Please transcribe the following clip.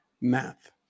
math